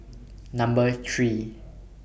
Number three